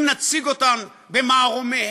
אם נציג אותן במערומיהן,